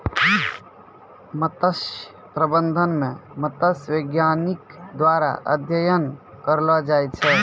मत्स्य प्रबंधन मे मत्स्य बैज्ञानिक द्वारा अध्ययन करलो जाय छै